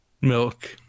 milk